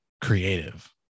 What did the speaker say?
creative